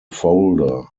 folder